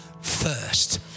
first